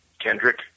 Kendrick